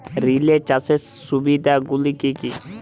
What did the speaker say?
Relay চাষের সুবিধা গুলি কি কি?